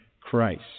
Christ